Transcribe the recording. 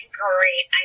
great